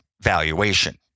valuation